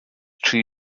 dri